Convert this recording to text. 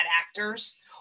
actors